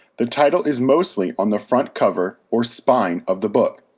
the title is mostly on the front cover or spine of the book.